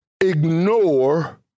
ignore